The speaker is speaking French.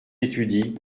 étudient